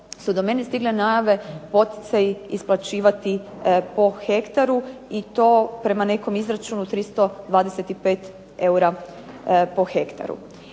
su do mene stigle najave poticaji isplaćivati po hektaru i to prema nekom izračunu 325 eura po hektaru.